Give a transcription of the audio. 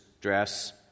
dress